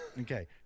Okay